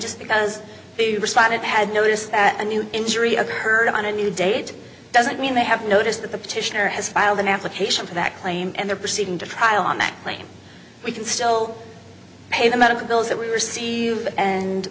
just because the respondent had noticed a new injury occurred on a new date doesn't mean they have noticed that the petitioner has filed an application for that claim and they're proceeding to trial on that claim we can still pay the medical bills that we receive and